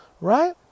right